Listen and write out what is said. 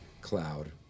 cloud